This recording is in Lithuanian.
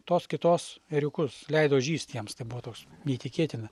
tos kitos ėriukus leido žįst jiems tai buvo toks neįtikėtina